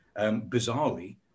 bizarrely